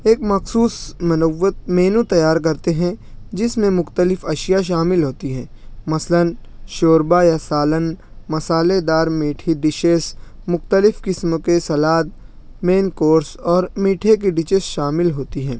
ایک مخصوص منووت مینو تیار کرتے ہیں جس میں مختلف اشياء شامل ہوتى ہے مثلاً شوربہ يا سالن مصالحہ دار میٹھی ڈشیس مختلف قسم کے سلاد مین کورس اور میٹھے کی ڈچیش شامل ہوتی ہیں